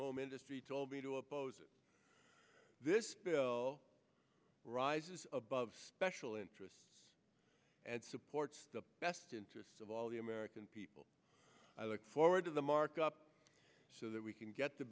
home industry told me to oppose this bill rises above special interests and supports the best interests of all the american people i look forward to the markup so that we can get t